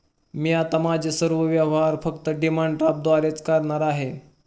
मी आता माझे सर्व व्यवहार फक्त डिमांड ड्राफ्टद्वारेच करणार आहे